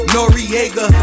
Noriega